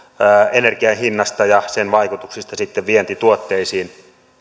energianhinnasta ja sen vaikutuksista sitten vientituotteisiin